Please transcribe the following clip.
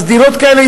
אז דירות כאלה,